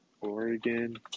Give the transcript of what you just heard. Oregon